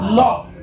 love